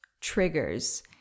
triggers